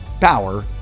power